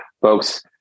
Folks